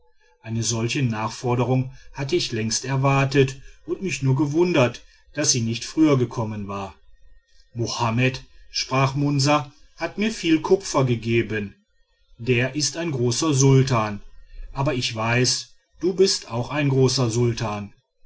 eine solche nachforderung hatte ich längst erwartet und mich nur gewundert daß sie nicht früher gekommen war mohammed sprach munsa hat mir viel kupfer gegeben der ist ein großer sultan aber ich weiß du bist auch ein großer sultan